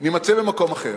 נימצא במקום אחר.